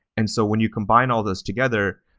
and so when you combine all those together,